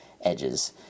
edges